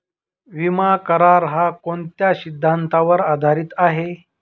विमा करार, हा कोणत्या सिद्धांतावर आधारीत आहे?